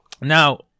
Now